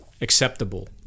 acceptable